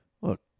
Look